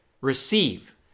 receive